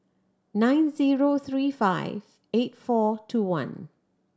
nine zero three five eight four two one